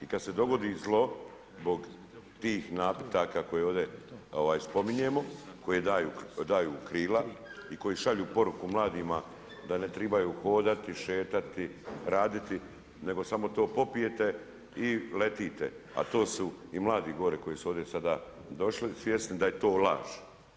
I kad se dogodi zlo, zbog tih napitaka koje ovdje spominjemo, koji daju krila i koji šalju poruku mladima da ne tribaju hodati, šetati, raditi, nego samo to popijete i letite, a to su i mladi gore koji su ovdje sada došli, svjesni da je to laž.